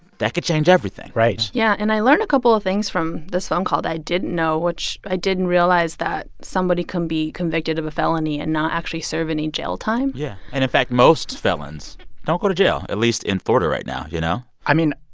that could change everything right yeah, and i learned a couple of things from this phone call that i didn't know, which i didn't realize that somebody can be convicted of a felony and not actually serve any jail time yeah. and in fact, most felons don't go to jail, at least in florida right now, you know? i mean,